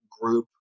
group